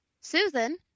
Susan